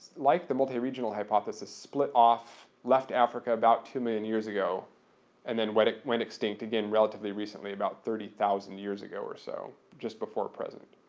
like the multi-regional hypothesis, split off, left africa about two million years ago and then went went extinct, again, relatively recently about thirty thousand years ago or so. just before present.